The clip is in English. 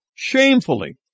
shamefully